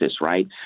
right